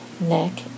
Neck